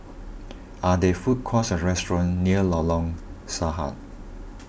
are there food courts or restaurants near Lorong Sarhad